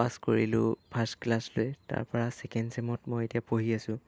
পাছ কৰিলোঁ first class লৈ তাৰপৰা ছেকেণ্ড চেমত মই এতিয়া পঢ়ি আছোঁ